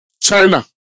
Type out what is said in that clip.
China